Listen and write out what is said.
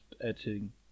editing